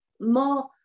more